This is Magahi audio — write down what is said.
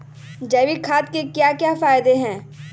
जैविक खाद के क्या क्या फायदे हैं?